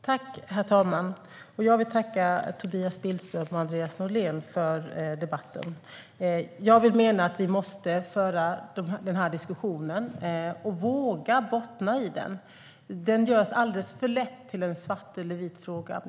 Herr talman! Jag vill tacka Tobias Billström och Andreas Norlén för debatten. Jag menar att vi måste föra denna diskussion och våga bottna i den. Den görs alldeles för lätt till en svart eller en vit fråga.